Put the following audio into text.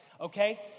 okay